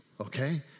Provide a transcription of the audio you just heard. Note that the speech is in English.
okay